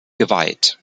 geweiht